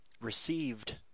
received